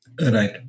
Right